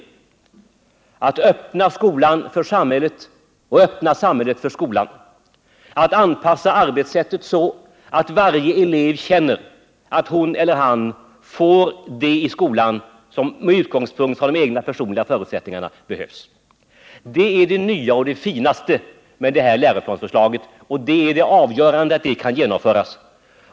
Det gäller vidare att öppna skolan för samhället och öppna samhället för skolan, att arbeta så att varje elev känner att hon eller han av skolan får ut mesta möjliga utifrån de egna, personliga förutsättningarna.